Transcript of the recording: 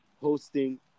hosting